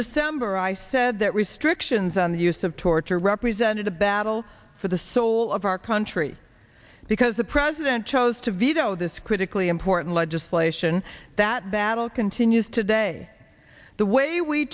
december i said that restrictions on the use of torture represented a battle for the soul of our country because the president chose to veto this critically important legislation that battle continues today the way we